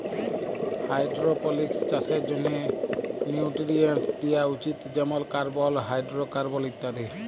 hydroponics চাষের জ্যনহে nutrients দিয়া উচিত যেমল কার্বল, হাইডোরোকার্বল ইত্যাদি